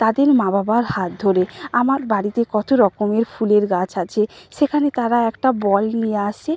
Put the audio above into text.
তাদের মা বাবার হাত ধরে আমার বাড়িতে কত রকমের ফুলের গাছ আছে সেখানে তারা একটা বল নিয়ে আসে